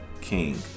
King